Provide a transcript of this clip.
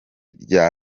rya